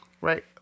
right